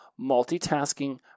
multitasking